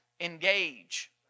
engage